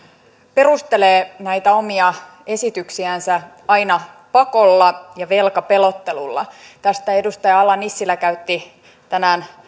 perustelee näitä omia esityksiänsä aina pakolla ja velkapelottelulla tästä edustaja ala nissilä käytti tänään